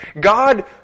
God